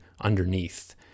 underneath